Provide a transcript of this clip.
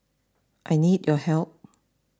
I need your help